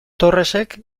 torresek